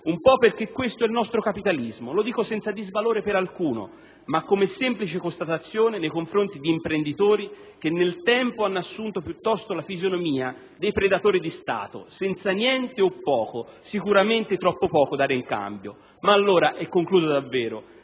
un po' perché questo è il nostro capitalismo. Lo dico senza disvalore per alcuno, ma come semplice constatazione nei confronti di imprenditori che nel tempo hanno assunto piuttosto la fisionomia dei «predatori di Stato», senza niente o poco (sicuramente troppo poco), dare in cambio. Ma allora, e concludo, a